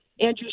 Andrew